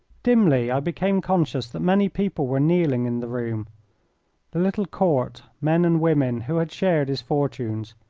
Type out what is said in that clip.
dimly i became conscious that many people were kneeling in the room the little court, men and women, who had shared his fortunes,